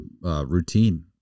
routine